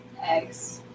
eggs